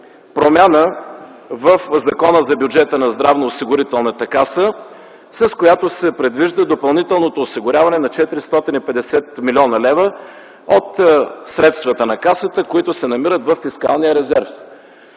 промяна в Закона за бюджета на Здравноосигурителната каса, с която се предвижда допълнителното осигуряване на 450 млн. лв. от средствата на Касата, които се намират във фискалния резерв.